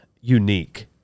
unique